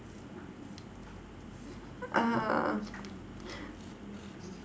ah